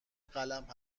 قلم